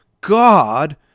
God